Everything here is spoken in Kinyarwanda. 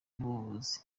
n’ubuvuzi